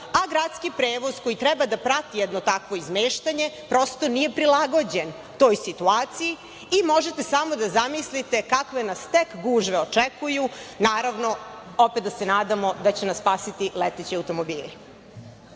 a gradski prevoz koji treba da prati jedno takvo izmeštanje prosto nije prilagođen toj situaciji i možete samo da zamislite kakve nas tek gužve očekuju, naravno, opet da se nadamo da će nas spasiti leteći automobili. Opet,